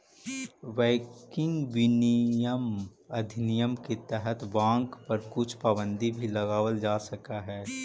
banking विनियमन अधिनियम के तहत बाँक पर कुछ पाबंदी भी लगावल जा सकऽ हइ